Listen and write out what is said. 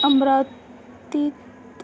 अमरावतीत